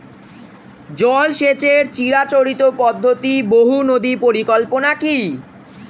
জল সেচের চিরাচরিত পদ্ধতি বহু নদী পরিকল্পনা কি?